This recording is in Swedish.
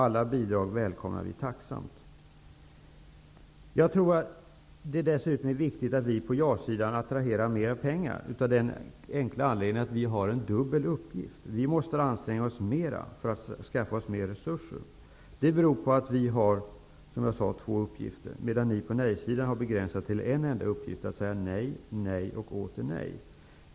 Alla bidrag välkomnas tacksamt. Jag tror att det dessutom är viktigt att vi på ja-sidan attraherar mer pengar av den enkla anledningen att vi har en dubbel uppgift. Vi måste anstränga oss mer för att skaffa oss mer resurser. Det beror på att vi, som jag sade, har två uppgifter medan ni på nejsidan har begränsat er till en enda uppgift, nämligen att säga nej, nej och åter nej.